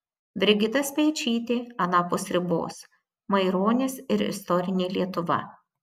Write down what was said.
brigita speičytė anapus ribos maironis ir istorinė lietuva